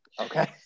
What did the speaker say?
Okay